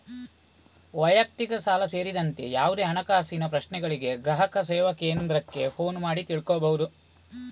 ವೈಯಕ್ತಿಕ ಸಾಲ ಸೇರಿದಂತೆ ಯಾವುದೇ ಹಣಕಾಸಿನ ಪ್ರಶ್ನೆಗಳಿಗೆ ಗ್ರಾಹಕ ಸೇವಾ ಕೇಂದ್ರಕ್ಕೆ ಫೋನು ಮಾಡಿ ತಿಳ್ಕೋಬಹುದು